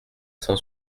cent